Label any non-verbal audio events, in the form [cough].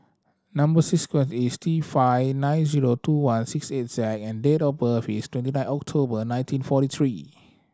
number [unintelligible] is T five nine zero two one six eight Z and date of birth is twenty nine October nineteen forty three